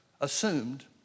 assumed